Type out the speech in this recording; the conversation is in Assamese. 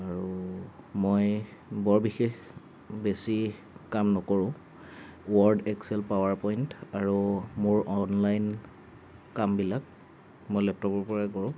আৰু মই বৰ বিশেষ বেছি কাম নকৰোঁ ৱৰ্ড এস্কেল পাৱাৰপইণ্ট আৰু মোৰ অনলাইন কামবিলাক মই লেপটপৰ পৰাই কৰোঁ